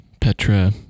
Petra